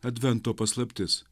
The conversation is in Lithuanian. advento paslaptis